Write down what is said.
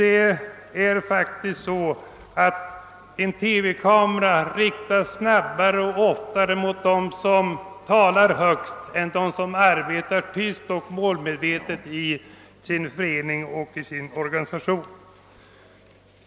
En TV kamera riktas snabbare och oftare mot dem som talar högt än mot dem som arbetar tyst och målmedvetet i sin förening eller organisation.